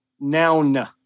Noun